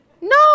No